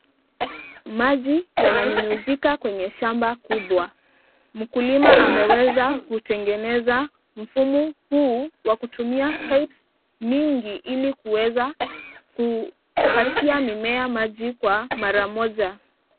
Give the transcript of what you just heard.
Maji yananyunyizika kwenye shamba kubwa mkulima ameweza kutengeneza mfumo huu wakutumia pipes mingi ili kuweza kupatia mimea maji kwa mara moja.